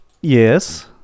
Yes